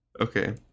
okay